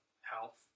health